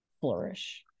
flourish